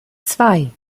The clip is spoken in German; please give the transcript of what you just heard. zwei